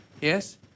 Yes